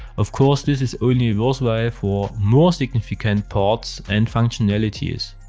of course, this is only worthwhile for more significant parts and functionalities.